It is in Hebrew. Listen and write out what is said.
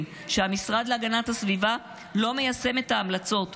שהמשרד להגנת הסביבה לא מיישם את ההמלצות,